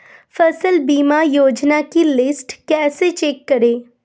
फसल बीमा योजना की लिस्ट कैसे चेक करें?